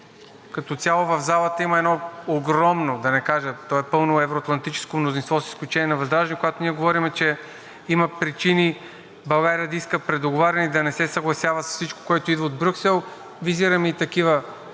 Като цяло в залата има едно огромно, да не кажа пълно евро-атлантическо мнозинство, с изключение на ВЪЗРАЖДАНЕ и когато ние говорим, че има причини България да иска предоговаряне и да не се съгласява с всичко, което идва от Брюксел, визирам и такива